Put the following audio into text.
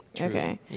okay